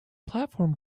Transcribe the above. platform